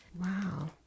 Wow